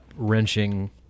Wrenching